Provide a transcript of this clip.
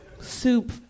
Soup